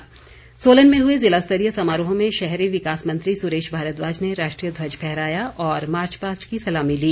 सोलन स्वतंत्रता दिवस सोलन में हुए ज़िला स्तरीय समारोह में शहरी विकास मंत्री सुरेश भारद्वाज ने राष्ट्रीय ध्वज फहराया और मार्च पास्ट की सलामी ली